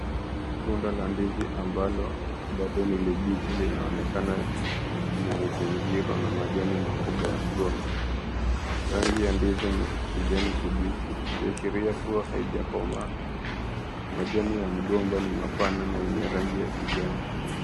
Tunda la ndizi ambalo bado ni bichi linaonekana likiwa limezingirwa na majani makubwa ya mgomba. Rangi ya ndizi ni ya kijani kibichi ikiashiria kuwa haijakomaa. Majani ya mgomba ni mapana na yenye rangi ya kijani.